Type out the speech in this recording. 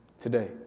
today